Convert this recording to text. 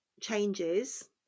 changes